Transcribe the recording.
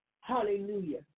Hallelujah